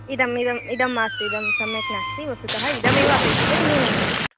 इदम् इदम् इदं मास्तु इदं सम्यक् नास्ति वस्तुतः इदमेव अपेक्षितं न्यूनं कुर्वन्तु